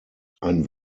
ein